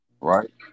right